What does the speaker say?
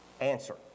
answer